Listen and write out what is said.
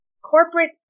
Corporate